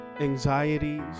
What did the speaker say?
anxieties